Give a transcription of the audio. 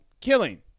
killing